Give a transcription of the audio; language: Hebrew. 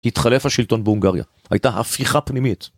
התחלף השלטון בהונגריה, הייתה הפיכה פנימית.